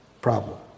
problem